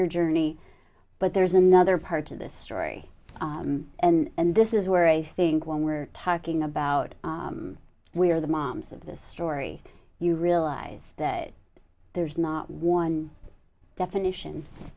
your journey but there's another part to this story and this is where i think when we're talking about we are the moms of this story you realize that there's not one definition